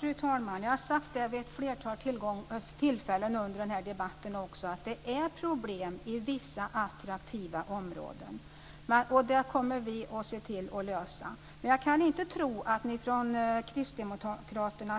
Fru talman! Vid ett flertal tillfällen, också under den här debatten, har jag sagt att det är problem i vissa attraktiva områden men vi kommer att se till att de löses. Jag kan dock inte tro att ni kristdemokrater